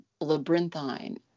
labyrinthine